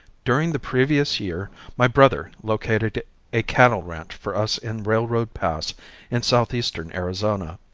during the previous year my brother located a cattle ranch for us in railroad pass in southeastern arizona.